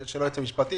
של היועץ המשפטי.